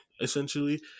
essentially